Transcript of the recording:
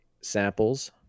samples